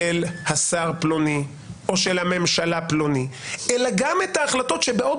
השר פלוני או של הממשלה פלונית אלא גם את ההחלטות שבעוד